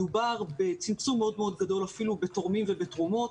מדובר בצמצום מאוד מאוד גדול אפילו בתורמים ובתרומות.